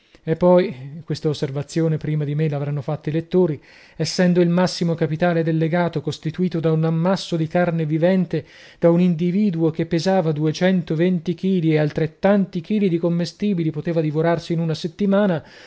lettori essendo il massimo capitale del legato costituito da un ammasso di carne vivente da un individuo che pesava duecentoventi chili e altrettanti chili di commestibili poteva divorarsi in una settimana